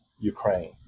Ukraine